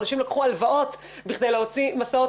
אנשים לקחו הלוואות כדי להוציא מסעות